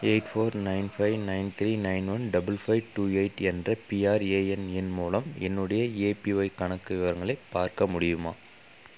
eight four nine five nine three nine one double five two eight என்ற PRAN எண் மூலம் என்னுடைய APY கணக்கு விவரங்களை பார்க்க முடியுமா